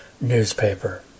newspaper